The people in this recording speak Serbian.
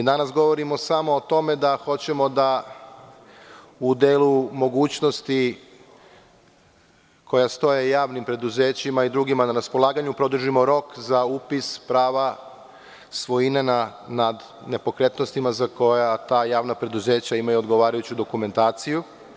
Danas govorimo samo o tome da hoćemo da u delu mogućnosti, koja stoje javnim preduzećima i drugima na raspolaganju, produžimo rok za upis prava svojina nad nepokretnostima za koja ta javna preduzeća imaju odgovarajuću dokumentaciju.